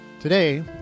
Today